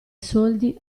soldi